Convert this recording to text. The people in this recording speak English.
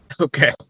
Okay